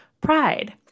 Pride